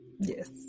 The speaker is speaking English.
Yes